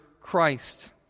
Christ